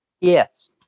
Yes